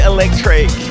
Electric